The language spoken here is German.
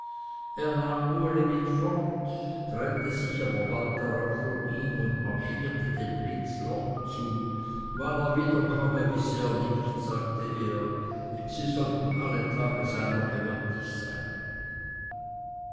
uli mit fort trennte sich aber bald darauf von ihm und marschierte dem blitzloch zu wann er wiederkomme wisse er nicht sagte er sie sollten alle tage seiner gewärtig sein